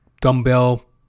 Dumbbell